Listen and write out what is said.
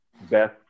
best